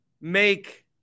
make